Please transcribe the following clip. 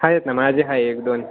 आहेत ना मग माझे आहे एक दोन